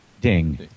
ding